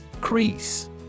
Crease